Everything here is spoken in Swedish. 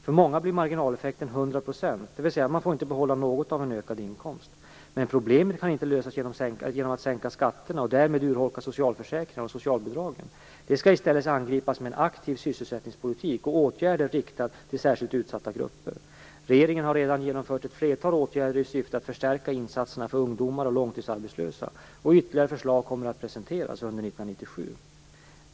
För många blir marginaleffekten 100 %, dvs. de får inte behålla något av en ökad inkomst. Men problemen kan man inte lösa genom att sänka skatterna och därmed urholka socialförsäkringarna och socialbidragen. De skall i stället angripas med en aktiv sysselsättningspolitik och åtgärder riktade till särskilt utsatta grupper. Regeringen har redan genomfört ett flertal åtgärder i syfte att förstärka insatserna för ungdomar och långtidsarbetslösa, och ytterligare förslag kommer att presenteras under 1997.